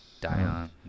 Dion